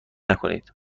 نکنید